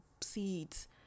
seeds